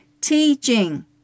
teaching